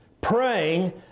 Praying